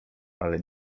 ale